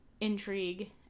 intrigue